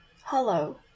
Hello